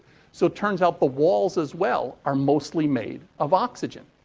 so it turns out the walls, as well, are mostly made of oxygen.